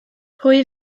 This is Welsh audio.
pwy